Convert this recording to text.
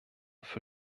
für